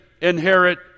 inherit